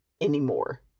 anymore